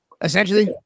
essentially